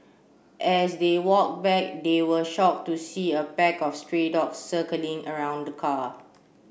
as they walked back they were shocked to see a pack of stray dogs circling around the car